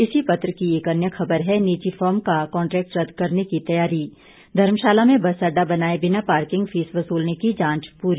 इसी पत्र की एक खबर है निजी फर्म का कांट्रेक्ट रदद करने की तैयारी धर्मशाला में बस अडडा बनाए बिना पार्किंग फीस वसूलने की जांच पूरी